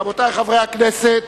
רבותי חברי הכנסת,